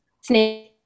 snake